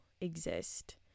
exist